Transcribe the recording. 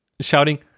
shouting